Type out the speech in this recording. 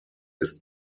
ist